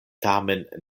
tamen